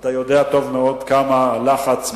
אתה יודע טוב מאוד כמה לחץ מופעל,